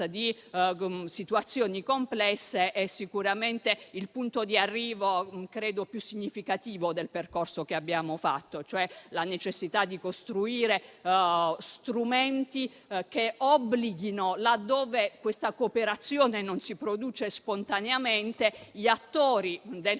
di situazioni complesse credo sia il punto d'arrivo più significativo del percorso che abbiamo fatto, cioè la necessità di costruire strumenti che obblighino, laddove questa cooperazione non si produca spontaneamente, gli attori del